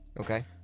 Okay